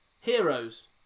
heroes